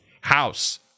house